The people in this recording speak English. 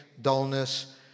dullness